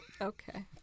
Okay